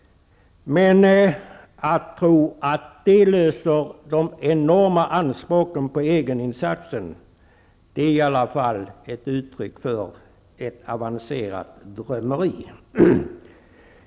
Men att tro att det löser de enorma anspråken på egeninsatsen är i alla fall ett uttryck för ett avancerat drömmeri.